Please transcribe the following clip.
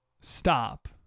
stop